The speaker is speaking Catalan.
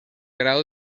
grau